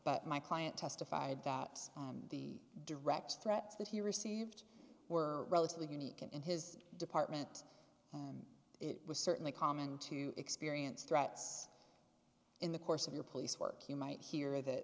but my client testified that the direct threats that he received were relatively unique in his department and it was certainly common to experience threats in the course of your police work you might hear that